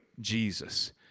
Jesus